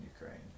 Ukraine